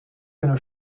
une